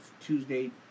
Tuesday